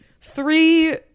three